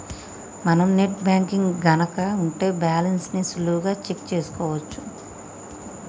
మనం net banking గనక ఉంటే బ్యాలెన్స్ ని సులువుగా చెక్ చేసుకోవచ్చు